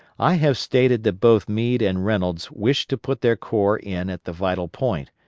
i have stated that both meade and reynolds wished to put their corps in at the vital point,